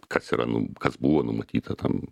kas yra nu kas buvo numatyta tam